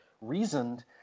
reasoned